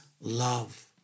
love